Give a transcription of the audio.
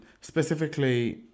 specifically